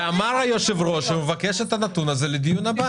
ואמר היושב ראש שהוא מבקש את הנתון הזה לדיון הבא.